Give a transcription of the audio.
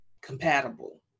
compatible